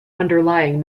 underlying